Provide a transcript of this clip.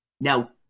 Now